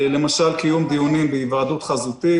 למשל קיום דיוניים בהיוועדות חזותית